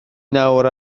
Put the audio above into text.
nawr